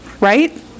right